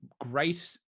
great